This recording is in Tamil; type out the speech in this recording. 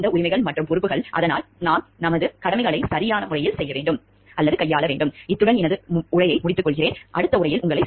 இந்த உரிமைகள் மற்றும் பொறுப்புகள் அதனால் நாம் நமது கடமைகளை சரியான முறையில் கையாள முடியும்